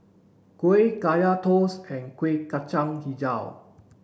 Kuih Kaya toast and Kueh Kacang Hijau